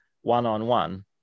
one-on-one